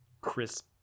crisp